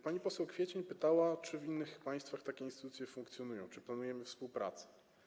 Pani poseł Kwiecień pytała, czy w innych państwach takie instytucje funkcjonują, czy planujemy współpracę.